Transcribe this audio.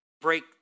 break